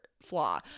flaw